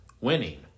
winning